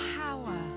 power